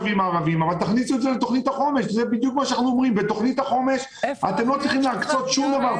בתוכנית החומש אתם לא צריכים להקצות שום דבר,